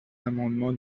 l’amendement